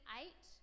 eight